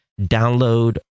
download